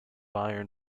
iron